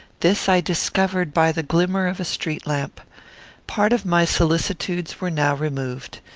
this i discovered by the glimmer of a street-lamp. part of my solicitudes were now removed.